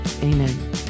amen